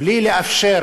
בלי לאפשר